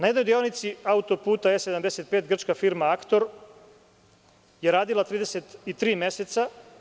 Na deonici autoputa E75, grčka firma „Aktor“ je radila 33 meseca.